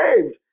saved